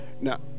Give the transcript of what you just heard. Now